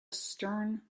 stern